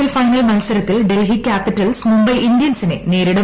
L final മത്സരത്തിൽ Delhi Capitals Mumbai ഇന്ത്യൻസിനെ നേരിടും